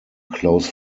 close